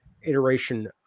iteration